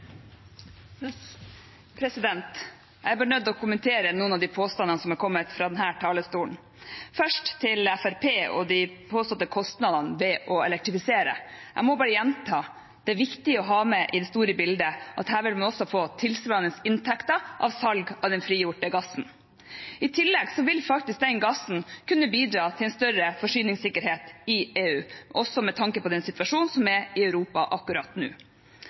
Jeg er bare nødt til å kommentere noen av de påstandene som har kommet fra denne talerstolen. Først til Fremskrittspartiet og de påståtte kostnadene ved å elektrifisere. Jeg må bare gjenta: Det er viktig å ha med seg i det store bildet at her vil man også få tilsvarende inntekter fra salg av den frigjorte gassen. I tillegg vil den gassen kunne bidra til en større forsyningssikkerhet i EU, også med tanke på den situasjonen som er i Europa akkurat nå.